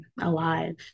alive